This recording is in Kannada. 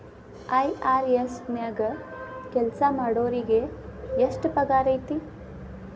ಐ.ಆರ್.ಎಸ್ ನ್ಯಾಗ್ ಕೆಲ್ಸಾಮಾಡೊರಿಗೆ ಎಷ್ಟ್ ಪಗಾರ್ ಐತಿ?